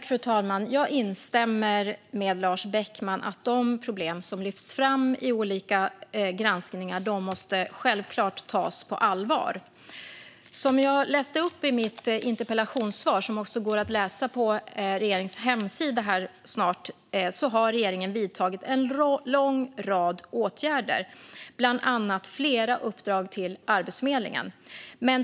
Fru talman! Jag instämmer med Lars Beckman: De problem som lyfts fram i olika granskningar måste självklart tas på allvar. Som jag sa i mitt interpellationssvar, som också snart går att läsa på regeringens hemsida, har regeringen vidtagit en lång rad åtgärder, bland annat flera uppdrag till Arbetsförmedlingen.